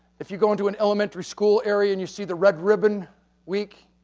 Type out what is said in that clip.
if you go into an elementary school area and you see the red ribbon week,